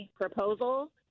proposal